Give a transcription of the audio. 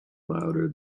louder